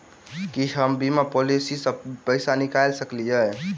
की हम बीमा पॉलिसी सऽ पैसा निकाल सकलिये?